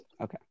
Okay